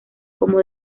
como